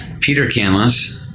peter canlis,